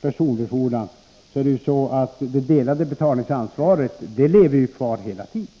personbefordran finns däremot det delade betalningsansvaret kvar.